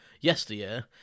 yesteryear